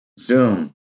Zoom